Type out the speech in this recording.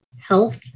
health